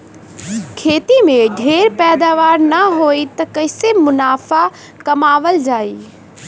खेती में ढेर पैदावार न होई त कईसे मुनाफा कमावल जाई